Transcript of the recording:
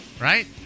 Right